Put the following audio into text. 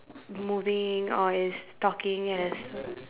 moving or is talking as